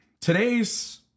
today's